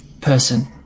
person